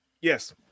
Yes